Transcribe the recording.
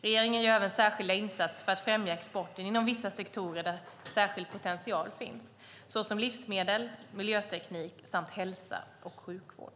Regeringen gör även särskilda insatser för att främja exporten inom vissa sektorer där särskild potential finns, såsom livsmedel, miljöteknik samt hälsa och sjukvård.